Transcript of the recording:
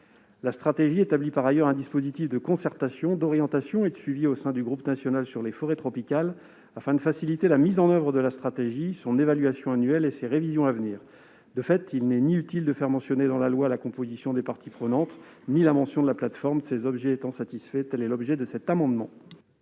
La SNDI établit par ailleurs un dispositif de concertation, d'orientation et de suivi au sein du groupe national sur les forêts tropicales, afin de faciliter la mise en oeuvre de cette stratégie, son évaluation annuelle et ses révisions à venir. Par conséquent, il est inutile de mentionner dans la loi la composition des parties prenantes, ainsi que la plateforme déjà prévue dans la SNDI. L'objet de cet amendement